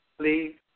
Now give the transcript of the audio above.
Please